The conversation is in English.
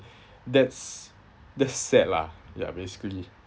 that's that's sad lah ya basically